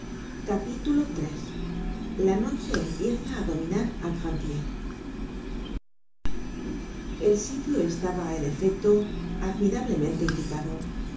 at iii la noche empieza á dominar á grantier el sitio estaba en efecto admirablemente indicado